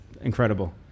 incredible